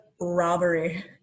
Robbery